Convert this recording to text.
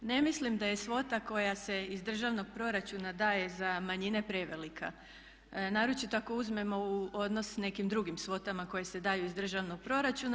Ne mislim da je svota koja se iz državnog proračuna daje za manjine prevelika, naročito ako uzmemo u obzir s nekim drugim svotama koje se daju iz državnog proračuna.